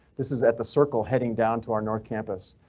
this is at the circle heading down to our north campus.